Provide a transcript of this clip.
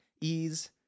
ease